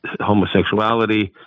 homosexuality